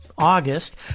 August